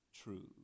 true